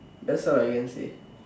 that's all I can say